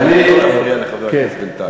אבל לא להפריע לחבר הכנסת בינתיים.